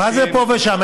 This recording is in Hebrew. מה זה פה ושם?